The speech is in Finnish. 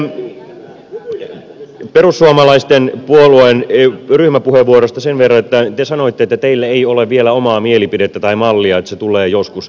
tästä perussuomalaisten puolueen ryhmäpuheenvuorosta sen verran että te sanoitte että teillä ei ole vielä omaa mielipidettä tai mallia että se tulee joskus